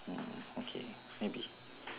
mm okay maybe